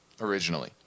originally